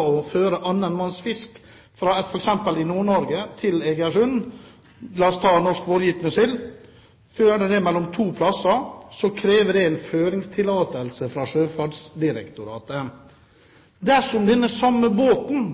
å føre annen manns fisk fra f.eks. Nord-Norge til Egersund – la oss ta norsk vårgytende sild – altså mellom to steder, kreves det føringstillatelse fra Sjøfartsdirektoratet. Dersom den samme båten